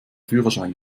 führerschein